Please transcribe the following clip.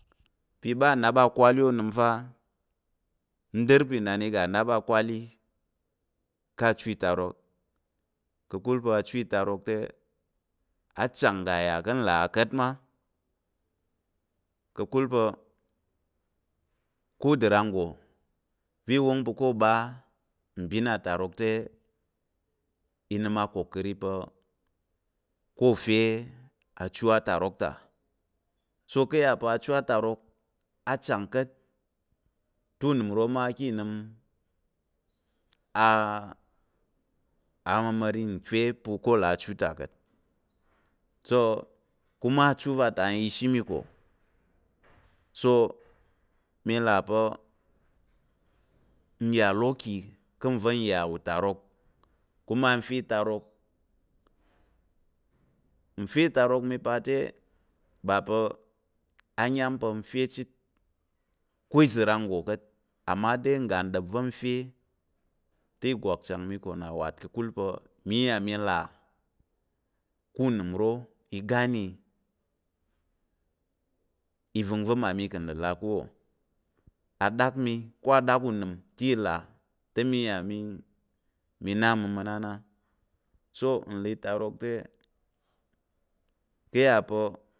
I ɓa nnáp akwali onəm fa, n dər pa̱ inan iga nnap akwali o ká̱ achu itarok, ka̱kul pa̱ achu itarok te, achang ga yà ká̱ nlà ka̱t mma ka̱kul o kuda ranggo va̱ wong pa̱ ka̱ ô ɓa mbin atarok te, i nəm akokari pa̱ ó fye achu atarok ta so ka̱ a yà pa̱ achu atarok a chang ka̱t te unəm uro ka̱ i nəm amamari pa̱ o fye pa̱ ka̱ là achu ta ka̱t so kuma achu va ta n yà ishi i ko so mi là pa̱ n yà lucky ka̱ va n yà utarok kuma nfe i tarok nfye itarok mi pa te ba pa̱ anyam pa̱ nfe chit ko nza̱ nranggo nggo ka̱t amma de ngga nɗap va̱ n fe te ìgwak chang mi ko na wat ka̱kul pa̱ mi iya mi là ká̱ unəm uro igani ivəngva mmami ka̱ nlà ká̱ wó aɗak mi ko aɗak unəm te iya i là mi na aməma̱n á na so nlà itatok te yà pa̱